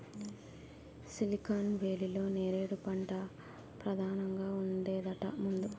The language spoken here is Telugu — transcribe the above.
సిలికాన్ వేలీలో నేరేడు పంటే పదానంగా ఉండేదట ముందు